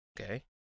okay